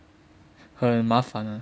很麻烦 ah